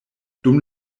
dum